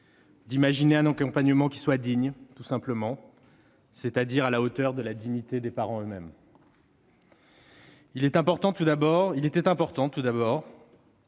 d'imaginer un accompagnement qui soit, tout simplement, digne, c'est-à-dire à la hauteur de la dignité des parents eux-mêmes. Il était important, tout d'abord,